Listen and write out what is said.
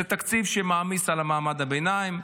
זה תקציב שמעמיס על מעמד הביניים,